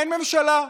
אין ממשלה.